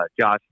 josh